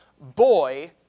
boy